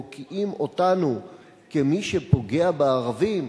מוקיעים אותנו כמי שפוגע בערבים,